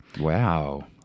Wow